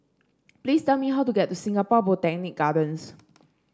please tell me how to get to Singapore Botanic Gardens